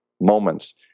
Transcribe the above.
moments